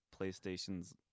PlayStation's